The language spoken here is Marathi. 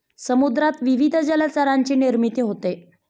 समुद्रात विविध जलचरांची निर्मिती होते